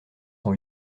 son